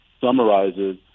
summarizes